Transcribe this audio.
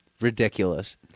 Ridiculous